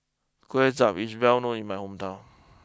Kway Chap is well known in my hometown